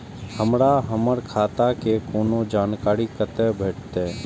हमरा हमर खाता के कोनो जानकारी कतै भेटतै?